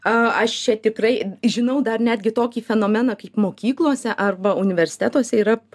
aš čia tikrai žinau dar netgi tokį fenomeną kaip mokyklose arba universitetuose yra